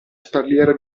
spalliera